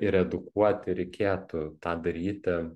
ir edukuoti reikėtų tą daryti